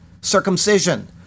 circumcision